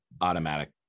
automatic